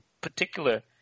particular